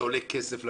זה עולה כסף למדינה,